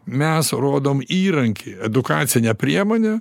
mes rodom įrankį edukacinę priemonę